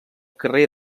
carrer